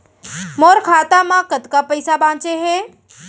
मोर खाता मा कतका पइसा बांचे हे?